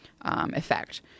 effect